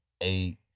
eight